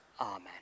Amen